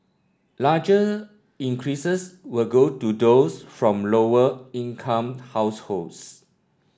larger increases will go to those from lower income households